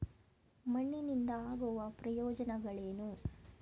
ಮಣ್ಣಿನಿಂದ ಆಗುವ ಪ್ರಯೋಜನಗಳೇನು?